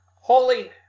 holy